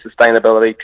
Sustainability